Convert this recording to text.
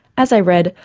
as i read,